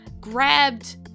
grabbed